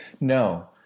No